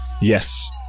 yes